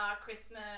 Christmas